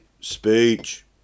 speech